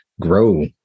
grow